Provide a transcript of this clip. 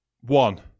One